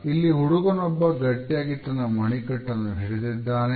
ಇಲ್ಲಿ ಹುಡುಗನೊಬ್ಬ ಗಟ್ಟಿಯಾಗಿ ತನ್ನ ಮಣಿಕಟ್ಟನ್ನು ಹಿಡಿದಿದ್ದಾನೆ